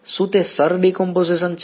શું તે શર ડીકંપોઝિશન શર છે